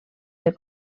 ser